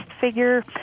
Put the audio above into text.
figure